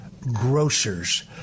grocers